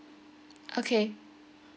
okay